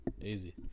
Easy